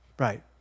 Right